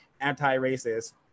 anti-racist